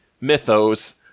mythos